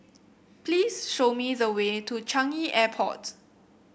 please show me the way to Changi Airport